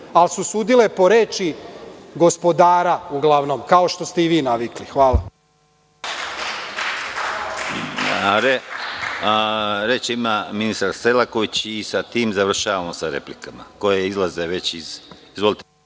ali su sudile po reči gospodara, uglavnom, kao što ste i vi navikli. Hvala.